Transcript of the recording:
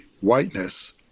whiteness